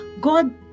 God